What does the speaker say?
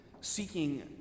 seeking